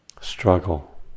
struggle